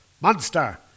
monster